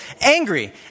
angry